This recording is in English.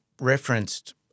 referenced